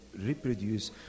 reproduce